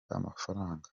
amafaranga